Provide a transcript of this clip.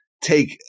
take